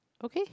okay